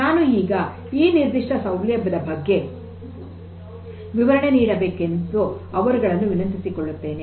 ನಾನು ಈಗ ಈ ನಿರ್ದಿಷ್ಟ ಸೌಲಭ್ಯದ ಬಗ್ಗೆ ವಿವರಣೆ ನೀಡಬೇಕೆಂದು ಅವರುಗಳನ್ನು ವಿನಂತಿಸಿಕೊಳ್ಳುತ್ತೇನೆ